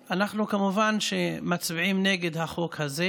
כמובן שאנחנו מצביעים נגד החוק הזה.